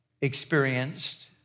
experienced